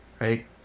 right